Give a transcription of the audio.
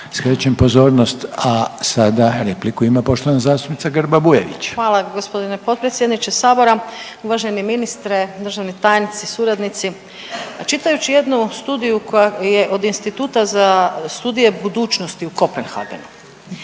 skrećem pozornost, a sada repliku ima poštovana zastupnica Grba Bujević. **Grba-Bujević, Maja (HDZ)** Hvala g. potpredsjedniče sabora, uvaženi ministre, državni tajnici, suradnici. Čitajući jednu studiju koja je od Instituta za studije budućnosti u Kopenhagenu,